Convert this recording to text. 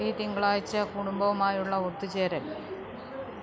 ഈ തിങ്കളാഴ്ച്ച കുടുംബവുമായുള്ള ഒത്തുചേരൽ